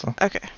Okay